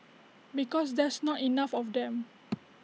because there's not enough of them